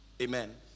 amen